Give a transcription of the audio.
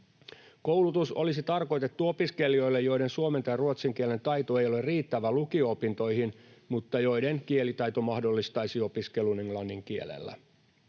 Koulutus olisi tarkoitettu opiskelijoille, joiden suomen tai ruotsin kielen taito ei ole riittävä lukio-opintoihin, mutta joiden kielitaito mahdollistaisi opiskelun englannin kielellä.